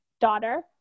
Daughter